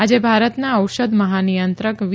આજે ભારતના ઔષધ મહાનિયંત્રક વી